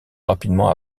rapidement